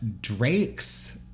Drake's